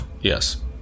Yes